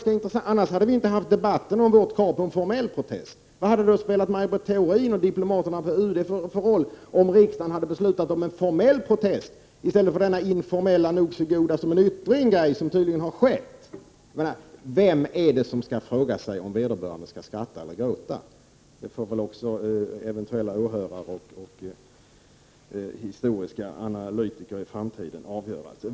Annars hade inte debatten om kravet på en formell protest uppkommit. Vad hade det spelat för roll för Maj Britt Theorin och diplomaterna på UD om riksdagen hade beslutat om en formell protest i stället för detta informella ”nog så god som en yttring”, som det tydligen varit fråga om. Vem är det som skall fråga sig om vederbörande skall skratta eller gråta? Det får väl också eventuella åhörare och historiska analytiker i framtiden avgöra.